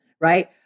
Right